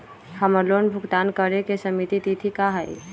हमर लोन भुगतान करे के सिमित तिथि का हई?